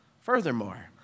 Furthermore